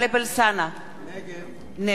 נגד זאב אלקין,